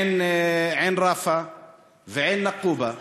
עין-ראפה ועין-נקובא.